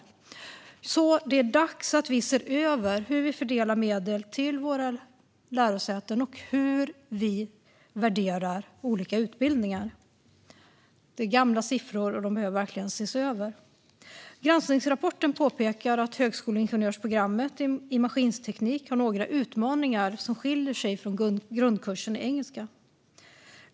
Det är gamla siffror, och det är därför dags att se över hur vi fördelar medel till våra lärosäten och hur vi värderar utbildningar. Granskningsrapporten påpekar att högskoleingenjörsprogrammet i maskinteknik har några utmaningar som skiljer sig från grundkursen i engelska.